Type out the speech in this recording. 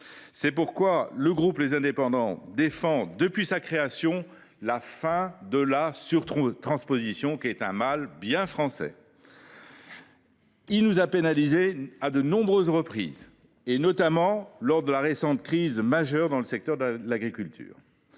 C’est pourquoi le groupe Les Indépendants défend depuis sa création la fin de la surtransposition, qui est un mal bien français. Elle nous a pénalisés à de nombreuses reprises, notamment lors de la crise majeure qu’a récemment traversée le secteur de l’agriculture.